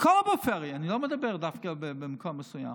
בכל הפריפריה, אני לא מדבר דווקא במקום מסוים.